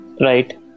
Right